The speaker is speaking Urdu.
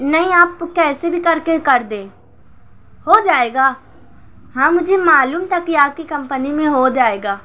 نہیں آپ کیسے بھی کر کے کر دیں ہو جائے گا ہاں مجھے معلوم تھا کہ آپ کی کمپنی میں ہو جائے گا